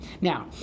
Now